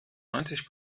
neunzig